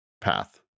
path